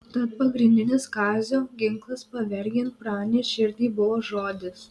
tad pagrindinis kazio ginklas pavergiant pranės širdį buvo žodis